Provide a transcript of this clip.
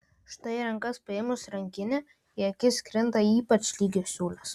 štai į rankas paėmus rankinę į akis krinta ypač lygios siūlės